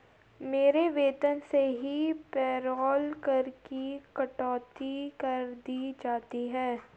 मेरे वेतन से ही पेरोल कर की कटौती कर दी जाती है